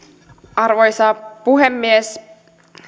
arvoisa puhemies